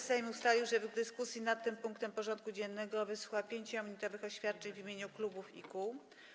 Sejm ustalił, że w dyskusji nad tym punktem porządku dziennego wysłucha 5-minutowych oświadczeń w imieniu klubów i kół.